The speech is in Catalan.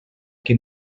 que